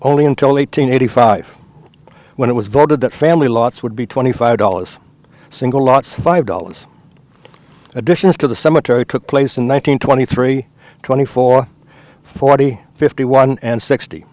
only until eight hundred eighty five when it was voted that family lots would be twenty five dollars single lots five dollars additions to the cemetery took place in one thousand twenty three twenty four forty fifty one and sixty